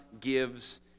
gives